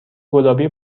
گلابی